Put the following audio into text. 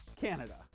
Canada